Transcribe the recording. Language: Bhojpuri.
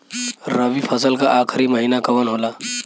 रवि फसल क आखरी महीना कवन होला?